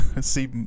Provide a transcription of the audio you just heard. see